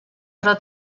però